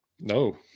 no